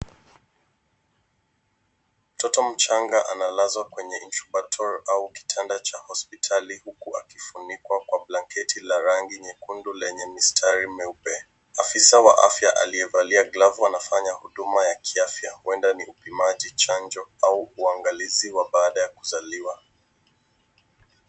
Mtoto mchanga analazwa kwenye incubator au kitanda cha hospitali, huku akifunikwa kwa blanketi la rangi nyekundu lenye mistari meupe. Afisa wa afya aliyevalia glavu anafanya huduma ya kiafya, huenda ni upimaji chanjo au uangalizi wa baada ya kuzaliwa.